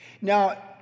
Now